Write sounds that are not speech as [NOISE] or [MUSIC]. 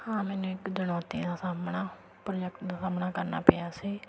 ਹਾਂ ਮੈਨੂੰ ਇੱਕ ਚੁਣੌਤੀ ਦਾ ਸਾਹਮਣਾ [UNINTELLIGIBLE] ਸਾਹਮਣਾ ਕਰਨਾ ਪਿਆ ਸੀ